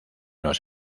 los